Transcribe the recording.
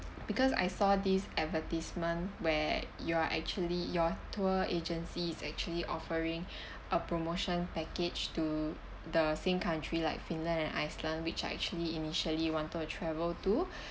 because I saw this advertisement where you are actually your tour agency is actually offering a promotion package to the same country like finland and iceland which I actually initially wanted to travel to